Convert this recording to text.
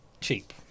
cheap